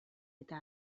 eta